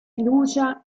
fiducia